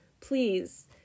please